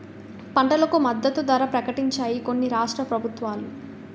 పంటలకు మద్దతు ధర ప్రకటించాయి కొన్ని రాష్ట్ర ప్రభుత్వాలు